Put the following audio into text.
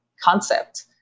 concept